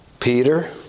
Peter